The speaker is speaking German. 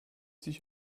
sich